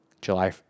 July